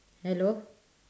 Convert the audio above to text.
hello